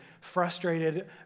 frustrated